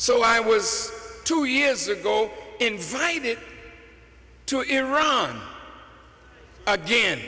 so i was two years ago invited to iran again